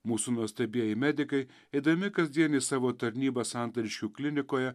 mūsų nuostabieji medikai eidami kasdienę savo tarnybą santariškių klinikoje